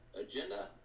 agenda